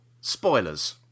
spoilers